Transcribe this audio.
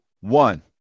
one